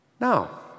Now